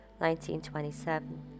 1927